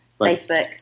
Facebook